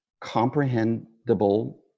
comprehensible